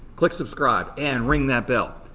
click subscribe and ring that bell.